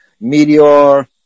meteor